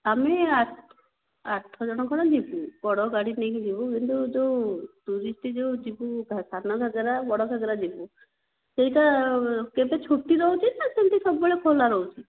ଆମେ ଆଠ ଆଠ ଜଣ ଖଣ୍ତେ ଯିବୁ ବଡ଼ ଗାଡ଼ି ନେଇକି ଯିବୁ କିନ୍ତୁ ଯେଉଁ ଟୁରିଷ୍ଟ୍ ଯେଉଁ ଯିବୁ ସାନଘାଗରା ବଡ଼ଘାଗରା ଯିବୁ ସେଇଟା କେବେ ଛୁଟି ରହୁଛି ନା ସେମିତି ସବୁବେଳେ ଖୋଲା ରହୁଛି